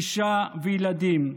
אישה וילדים.